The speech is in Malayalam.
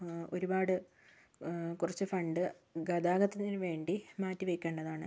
ഒരുപാട് കുറച്ച് ഫണ്ട് ഗതാഗതത്തിന് വേണ്ടി മാറ്റിവയ്ക്കേണ്ടതാണ്